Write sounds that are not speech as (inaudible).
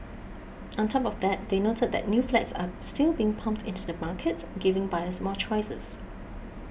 (noise) on top of that they noted that new flats are still being pumped into the market giving buyers more choices